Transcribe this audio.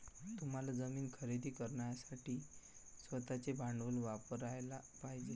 तुम्हाला जमीन खरेदी करण्यासाठी स्वतःचे भांडवल वापरयाला पाहिजे